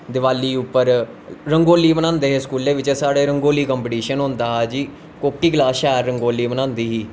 दिवाली उप्पर रंगोली बनांदे हे स्कूलै बिच्च साढ़ै रंगोली कंपिटिशन होंदा हा जी कोह्की कलास शैल रंगोली बनांदी ही